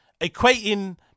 equating